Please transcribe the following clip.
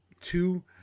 two